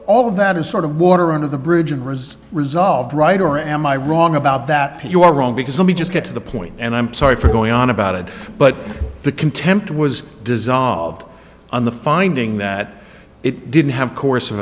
all of that is sort of water under the bridge and wrists resolved right or am i wrong about that but you are wrong because let me just get to the point and i'm sorry for going on about it but the contempt was dissolved on the finding that it didn't have course